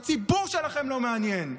הציבור שלכם לא מעניין?